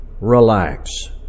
relax